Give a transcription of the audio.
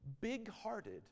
big-hearted